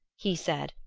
he said,